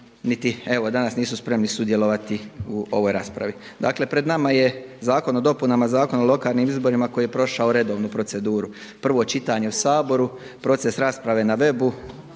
niti evo danas nisu spremni sudjelovati u ovoj raspravi. Dakle, pred nama je Zakon o dopunama Zakona o lokalnim izborima koji je prošao redovnu proceduru prvo čitanje u Saboru, proces rasprave na web-u.